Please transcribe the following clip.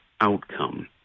outcome